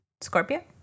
Scorpio